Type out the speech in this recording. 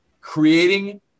creating